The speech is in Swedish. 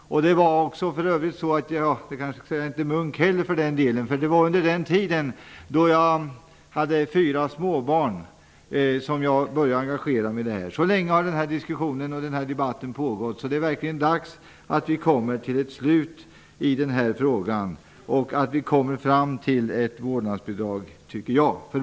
Jag var inte munk heller för den delen, för det var under den tid jag hade fyra småbarn som jag började engagera mig i frågan. Så länge har denna diskussion och denna debatt pågått. Det är verkligen dags att komma till ett slut i denna fråga och att besluta om ett vårdnadsbidrag.